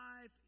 life